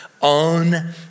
on